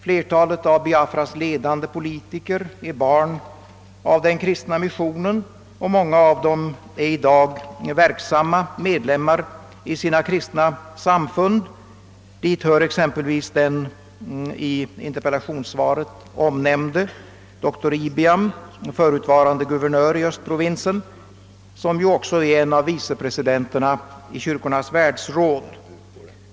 Flertalet av Biafras ledande politiker är barn av den kristna missionen, och många av dem är i dag verksamma medlemmar i sina kristna samfund. Dit hör exempelvis den i interpellationen nämnde doktor Ibiam, förutvarande guvernör i provinsen, som också är en av vice presidenterna i Kyrkornas världsråd.